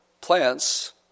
plants